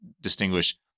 distinguish